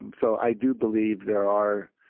um so, i do believe there are